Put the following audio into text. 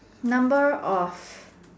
number of